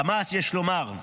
חמאס, יש לומר,